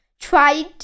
tried